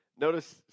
Notice